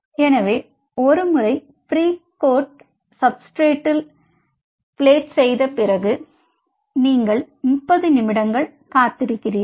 எனவே ஒரு முறை ப்ரி கோட் சாப்ஸ்ட்ரட்டில் பிளேட் செய்த பிறகு நீங்கள் 30 நிமிடங்கள் காத்திருக்கிறீர்கள்